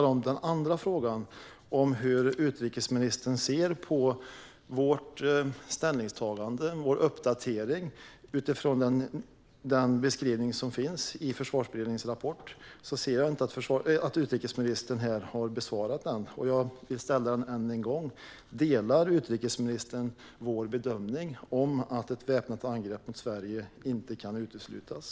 Men den andra frågan, om hur utrikesministern ser på vårt ställningstagande och vår uppdatering utifrån den beskrivning som finns i Försvarsberedningens rapport, kan jag inte se att utrikesministern här har besvarat. Jag ställer den än en gång: Delar utrikesministern vår bedömning att ett väpnat angrepp mot Sverige inte kan uteslutas?